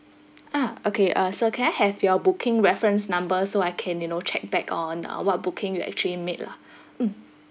ah okay uh sir can I have your booking reference number so I can you know check back on uh what booking you actually made lah mm